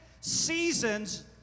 seasons